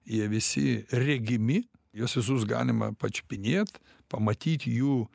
jie visi regimi juos visus galima pačiupinėt pamatyt jų